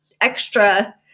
extra